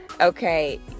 Okay